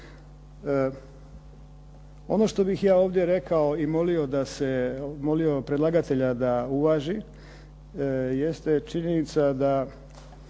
Ono što bih ja ovdje rekao i molio predlagatelja da uvaži, jeste činjenica da